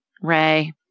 Ray